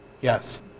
Yes